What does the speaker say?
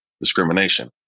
discrimination